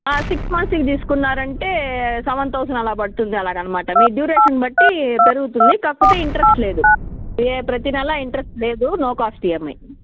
six మంత్స్కి తీసున్నారు అంటే సెవెన్ థౌసండ్ అలా పడుతుంది అలాగ అన్నమాట మీ డ్యూరేషన్ బట్టి పెరుగుతుంది కాకపోతే ఇంట్రెస్ట్ లేదు ప్రతినెలా ఇంట్రెస్ట్ లేదు నో కాస్ట్ ఈఎంఐ